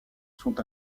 sont